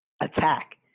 attack